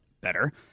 better